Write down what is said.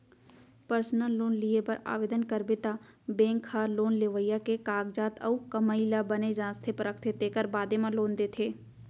personal loan लिये बर ओवदन करबे त बेंक ह लोन लेवइया के कागजात अउ कमाई ल बने जांचथे परखथे तेकर बादे म लोन देथे